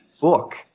book